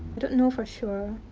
don't know for sure.